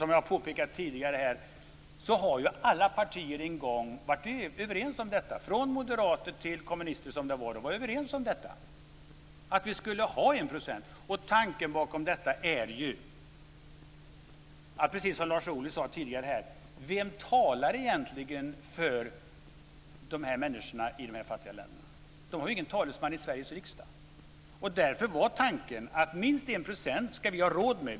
Som jag har påpekat tidigare här har alla partier en gång varit överens om målet, från moderater till kommunister. Alla var överens om att vi skulle ha 1 % som mål. Tanken bakom detta är precis det som Lars Ohly tidigare sade. Vem talar egentligen för människorna i de fattiga länderna? De har ingen talesman i Sveriges riksdag. Därför var tanken att minst 1 % ska vi ha råd med.